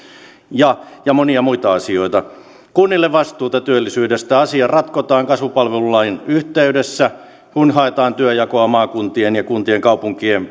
ja monia muita asioita kunnille vastuuta työllisyydestä asia ratkotaan kasvupalvelulain yhteydessä kun haetaan työnjakoa maakuntien ja kuntien kaupunkien